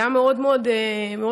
זה היה מאוד מאוד עצוב,